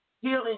Healing